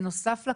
בנוסף לקנסות,